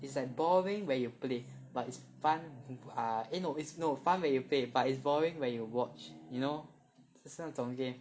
it's like boring when you play but it's fun err eh no is no fun when you play but it's boring when you watch you know 是那种 game